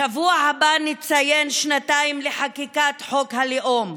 בשבוע הבא נציין שנתיים לחקיקת חוק הלאום,